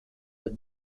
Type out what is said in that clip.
the